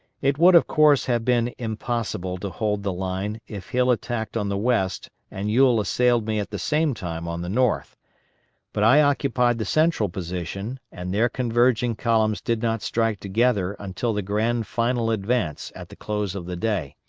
it would of course have been impossible to hold the line if hill attacked on the west and ewell assailed me at the same time on the north but i occupied the central position, and their converging columns did not strike together until the grand final advance at the close of the day,